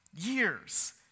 Years